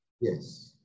yes